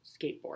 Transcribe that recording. skateboard